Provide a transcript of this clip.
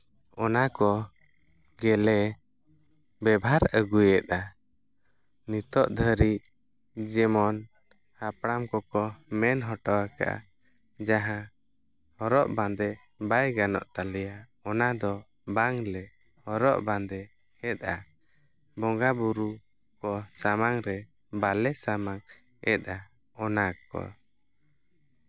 ᱚᱱᱟ ᱠᱚ ᱜᱮᱞᱮ ᱵᱮᱵᱷᱟᱨ ᱟᱹᱜᱩᱭᱮᱫᱼᱟ ᱱᱤᱛᱳᱜ ᱫᱷᱟᱹᱨᱤᱡ ᱡᱮᱢᱚᱱ ᱦᱟᱯᱲᱟᱢ ᱠᱚᱠᱚ ᱢᱮᱱ ᱦᱚᱴᱚᱣᱟᱠᱟᱜᱼᱟ ᱡᱟᱦᱟᱸ ᱦᱚᱨᱚᱜ ᱵᱟᱸᱫᱮ ᱵᱟᱭ ᱜᱟᱱᱚᱜ ᱛᱟᱞᱮᱭᱟ ᱚᱱᱟ ᱫᱚ ᱵᱟᱝ ᱞᱮ ᱦᱚᱨᱚᱜ ᱵᱟᱸᱫᱮ ᱭᱮᱫᱼᱟ ᱵᱚᱸᱜᱟᱼᱵᱳᱨᱳ ᱠᱚ ᱥᱟᱢᱟᱝ ᱨᱮ ᱵᱟᱞᱮ ᱥᱟᱢᱟᱝ ᱮᱫᱼᱟ ᱚᱱᱟ ᱠᱚ